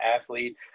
athlete